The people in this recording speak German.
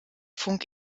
funk